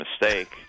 mistake